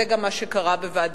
זה גם מה שקרה בוועדת-טירקל,